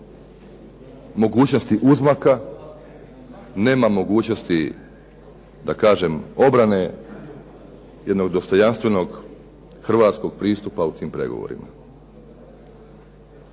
mogućnosti uzmaka, nema mogućnosti obrane jednog dostojanstvenog hrvatskog pristupa u tim pregovorima.